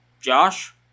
josh